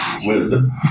Wisdom